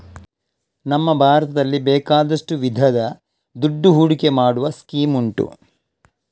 ನಮ್ಮ ಭಾರತದಲ್ಲಿ ಬೇಕಾದಷ್ಟು ವಿಧದ ದುಡ್ಡು ಹೂಡಿಕೆ ಮಾಡುವ ಸ್ಕೀಮ್ ಉಂಟು